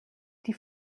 die